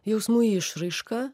jausmų išraiška